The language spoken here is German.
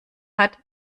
hat